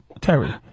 terry